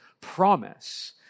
promise